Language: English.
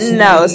no